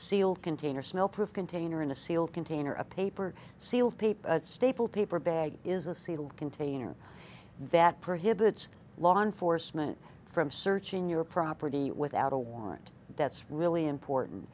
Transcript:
sealed container smell proof container in a sealed container a paper sealed paper staple paper bag is a sealed container that prohibits law enforcement from searching your property without a warrant that's really important